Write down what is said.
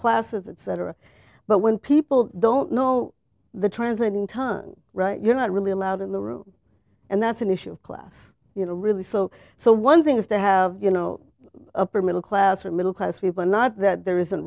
classes etc but when people don't know the translating tongue right you're not really allowed in the room and that's an issue of class you know really so so one thing is to have you know upper middle class or middle class people not that there isn't